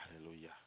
Hallelujah